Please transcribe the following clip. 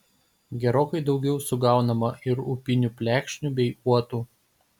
gerokai daugiau sugaunama ir upinių plekšnių bei uotų